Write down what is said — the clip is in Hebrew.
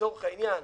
לצורך העניין,